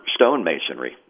stonemasonry